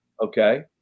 Okay